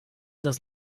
das